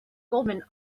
goldman